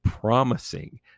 Promising